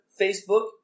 Facebook